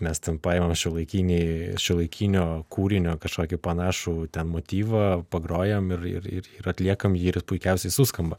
mes ten paimam šiuolaikinį šiuolaikinio kūrinio kažkokį panašų motyvą pagrojam ir ir ir atliekam jį ir puikiausiai suskamba